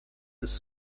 his